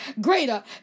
greater